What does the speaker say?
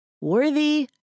worthy